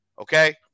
okay